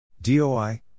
DOI